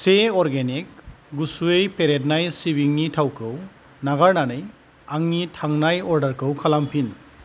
से अर्गेनिक गुसुयै फेरेदनाय सिबिंनि थावखौ नागारनानै आंनि थांनाय अर्डारखौ खालामफिन